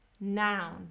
noun